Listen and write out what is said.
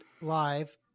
live